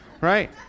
right